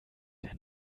der